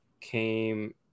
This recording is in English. came